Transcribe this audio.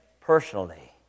personally